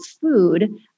food